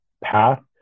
path